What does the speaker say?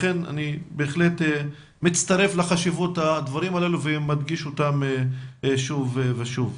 לכן אני בהחלט מצטרף לחשיבות הדברים הללו ומדגיש אותם שוב ושוב.